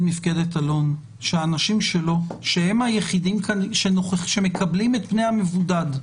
מפקדת אלון שהאנשים שלו הם היחידים שמקבלים את פני המבודד,